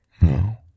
No